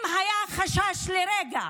אם היה חשש לרגע